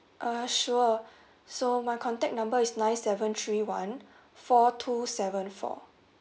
uh sure so my contact number is nine seven three one four two seven four